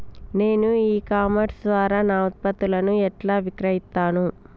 నేను e commerce ద్వారా నా ఉత్పత్తులను ఎట్లా విక్రయిత్తను?